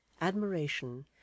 admiration